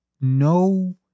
no